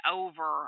over